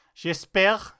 J'espère